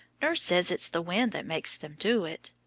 nurse says it's the wind that makes them do it.